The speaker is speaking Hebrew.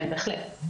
בהחלט.